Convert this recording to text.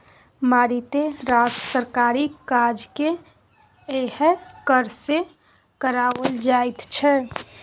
मारिते रास सरकारी काजकेँ यैह कर सँ कराओल जाइत छै